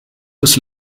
des